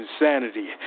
insanity